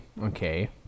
okay